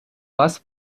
вас